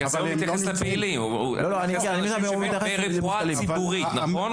לכן, הוא מתייחס לפעילים ברפואה ציבורית, נכון?